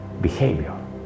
behavior